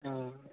ओऽ